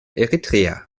eritrea